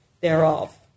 thereof